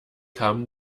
kam